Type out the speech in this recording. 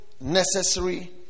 necessary